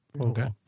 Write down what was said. Okay